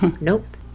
nope